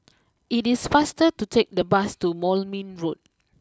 it is faster to take the bus to Moulmein Road